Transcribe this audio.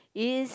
is